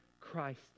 Christ